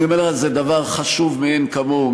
אני אומר לך, זה דבר חשוב מאין כמוהו.